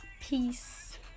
Peace